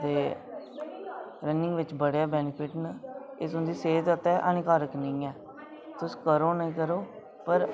ते रनिंग बिच बड़े बैनिफिट न एह् समझो सेह्त आस्तै हानिकारक नेईं ऐ तुस करो नेईं करो पर